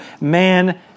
Man